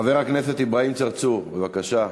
חבר הכנסת אברהים צרצור, בבקשה,